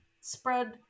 spread